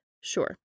Sure